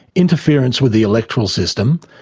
interference with the electoral system,